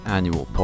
Annual